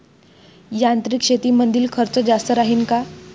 यांत्रिक शेतीमंदील खर्च जास्त राहीन का?